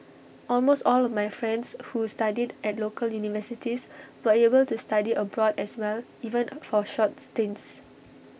almost all my friends who studied at local universities were able to study abroad as well even for short stints